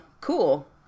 cool